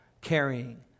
carrying